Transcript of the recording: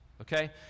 okay